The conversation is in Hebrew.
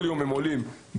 כל יום המספרים עולים.